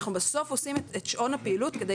אנחנו בסוף עושים את שעון הפעילות כדי